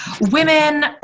women